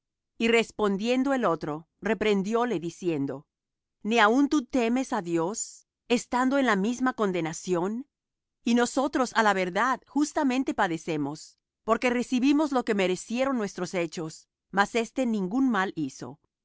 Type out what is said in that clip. y respondiendo el otro reprendióle diciendo ni aun tú temes á dios estando en la misma condenación y nosotros á la verdad justamente padecemos porque recibimos lo que merecieron nuestros hechos mas éste ningún mal hizo